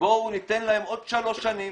ובואו ניתן להם עוד שלוש שנים.